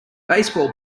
baseball